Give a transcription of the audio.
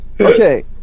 okay